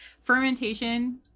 Fermentation